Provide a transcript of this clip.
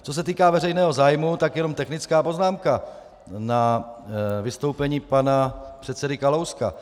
Co se týká veřejného zájmu, tak jen technická poznámka na vystoupení pana předsedy Kalouska.